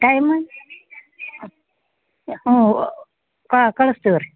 time ಯ ಹ್ಞೂ ಹಾ ಕಳಿಸ್ತೀವಿ ರೀ